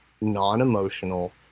non-emotional